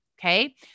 Okay